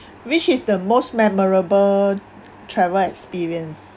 which is the most memorable travel experience